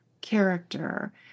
character